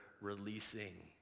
releasing